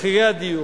מחירי הדיור,